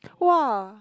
!wah!